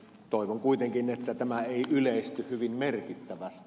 toivon kuitenkin että tämä ei yleisty hyvin merkittävästi